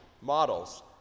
models